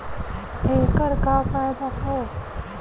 ऐकर का फायदा हव?